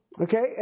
Okay